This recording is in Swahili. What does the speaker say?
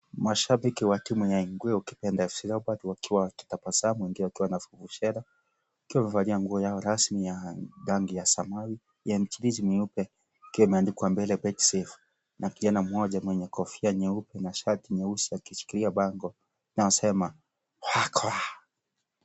Mashabiki wa timu ya Ingwe ukipenda, FC Leopards, wakiwa wakitabasamu wengi wakiwa na vuvuzela, wakiwa wamevalia nguo yao rasmi ya rangi ya samawi yenye michirizi meupe, ikiwa imeandikwa mbele bet safe ,na kijana mmoja mwenye kofia nyeupe na shati nyeusi akishikilia bango linalosema, waokhoa